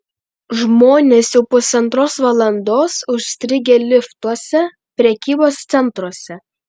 žmonės jau pusantros valandos užstrigę liftuose prekybos centruose